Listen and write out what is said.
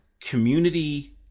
community